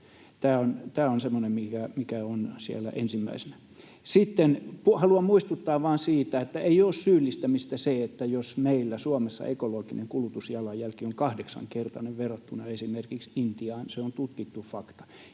Tämä on semmoinen, mikä on siellä ensimmäisenä. Sitten haluan muistuttaa vain siitä, että ei ole syyllistämistä se, että meillä Suomessa ekologinen kulutusjalanjälki on kahdeksankertainen verrattuna esimerkiksi Intiaan, vaan se on tutkittu fakta,